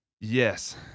Yes